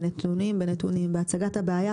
בנתונים,